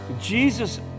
Jesus